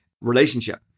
relationship